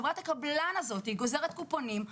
חברת הקבלן הזאת גוזרת קופונים,